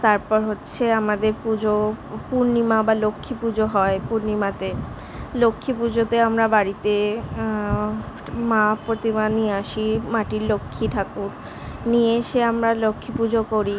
তারপর হচ্ছে আমাদের পুজো পূর্ণিমা বা লক্ষ্মী পুজো হয় পূর্ণিমাতে লক্ষ্মী পুজোতে আমরা বাড়িতে মা প্রতিমা নিয়ে আসি মাটির লক্ষ্মী ঠাকুর নিয়ে এসে আমরা লক্ষ্মী পুজো করি